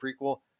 prequel